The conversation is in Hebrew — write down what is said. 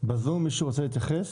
בזום מישהו רוצה להתייחס?